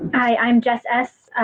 i'm jess s.